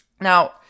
Now